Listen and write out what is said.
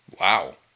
Wow